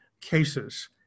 cases